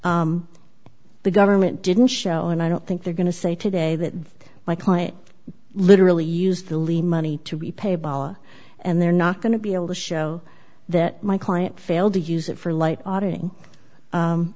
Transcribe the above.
lee the government didn't show and i don't think they're going to say today that my client literally used the lien money to repay power and they're not going to be able to show that my client failed to use it for light auditing